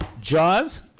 Jaws